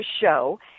show